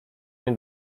nie